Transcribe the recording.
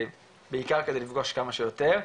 בעיקר כדי לפגוש כמה שיותר.